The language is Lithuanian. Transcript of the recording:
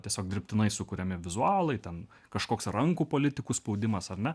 tiesiog dirbtinai sukuriami vizualūs ten kažkoks rankų politikų spaudimas ar ne